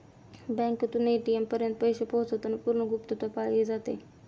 बँकेतून ए.टी.एम पर्यंत पैसे पोहोचवताना पूर्ण गुप्तता पाळली जाते